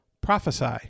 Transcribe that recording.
prophesy